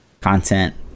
content